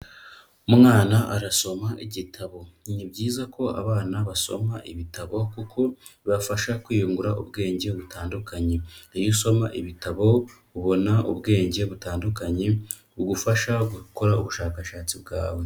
Umwana arasoma igitabo. Ni byiza ko abana basoma ibitabo kuko bibafasha kwiyungura ubwenge butandukanye. Iyo usoma ibitabo ubona ubwenge butandukanye, bugufasha gukora ubushakashatsi bwawe.